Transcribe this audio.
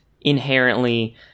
inherently